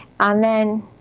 Amen